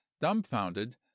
dumbfounded